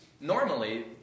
normally